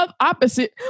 opposite